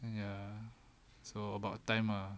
and ya so about time ah